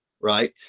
right